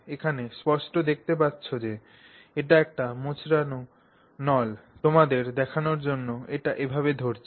এখানে স্পষ্ট দেখতে পাচ্ছে এটি একটি মোচড়ানো নল তোমাদের দেখানর জন্য এটা এভাবে ধরছি